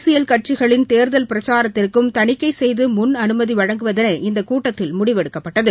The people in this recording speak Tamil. அரசியல் கட்சிகளின் தேர்தல் பிரச்சாரத்திற்கும் தணிக்கை செய்து முன் அனுமதி வழங்குவதென இந்த கூட்டத்தில் முடிவெடுக்கப்பட்டது